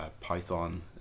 Python